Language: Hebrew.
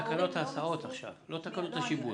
אנחנו דנים עכשיו בתקנות הסעות ולא בתקנות השיבוץ.